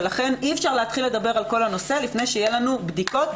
ולכן אי אפשר להתחיל לדבר על כל הנושא לפני שיהיו לנו בדיקות,